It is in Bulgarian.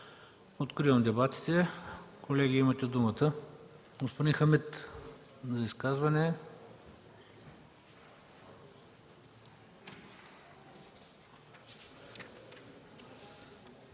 Откривам дебатите. Колеги, имате думата. Заповядайте за изказване,